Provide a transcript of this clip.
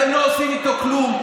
אתם לא עושים איתו כלום.